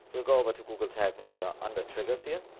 so go over to google tag manager under triggers here,